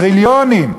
טריליונים.